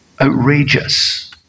outrageous